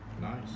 Nice